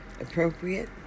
appropriate